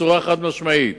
בצורה חד-משמעית.